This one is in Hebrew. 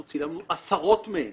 אנחנו צילמנו עשרות מהן